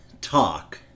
talk